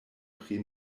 pri